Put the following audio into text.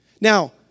Now